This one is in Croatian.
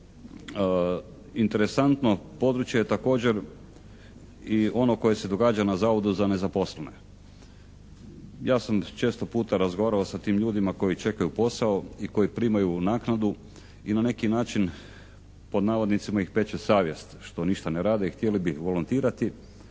interesantno područje je također i ono koje se događa na Zavodu za nezaposlene. Ja sam često puta razgovarao sa tim ljudima koji čekaju posao i koji primaju naknadu i na neki način "ih peče savjest" što ništa ne rade i htjeli bi volontirati